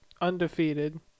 undefeated